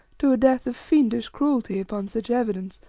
to a death of fiendish cruelty upon such evidence,